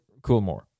Coolmore